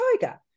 tiger